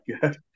good